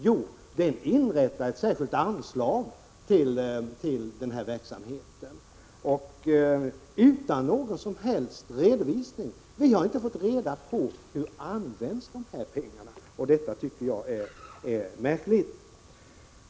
Jo, den inrättade ett särskilt anslag till denna verksamhet, utan någon som helst redovisning. Vi har inte fått reda på hur dessa pengar används. Det tycker jag är märkligt.